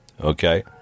okay